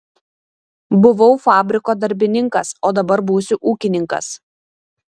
buvau fabriko darbininkas o dabar būsiu ūkininkas